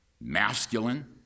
masculine